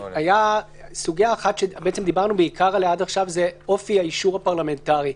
הסוגיה שבעיקר דיברנו עליה עד עכשיו היא אופי האישור הפרלמנטרי: